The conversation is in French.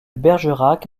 bergerac